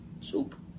soup